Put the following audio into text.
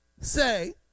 say